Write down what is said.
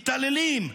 מתעללים,